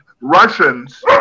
Russians